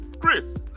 Chris